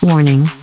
Warning